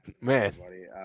Man